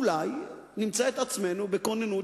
אולי נמצא את עצמנו בכוננות,